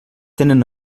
tenen